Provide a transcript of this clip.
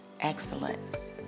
Excellence